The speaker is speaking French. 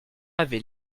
avait